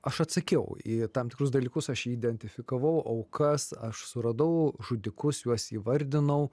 aš atsakiau į tam tikrus dalykus aš identifikavau aukas aš suradau žudikus juos įvardinau